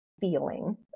feeling